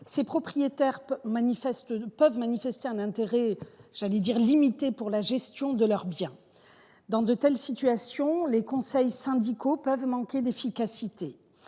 Ces propriétaires peuvent manifester un intérêt limité pour la gestion de leurs biens. Dans de telles situations, les conseils syndicaux peuvent manquer d’efficacité.